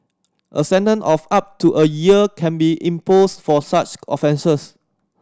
a sentence of up to a year can be imposed for such offences